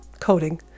coding